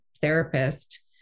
therapist